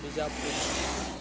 Bijapur